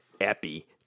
epi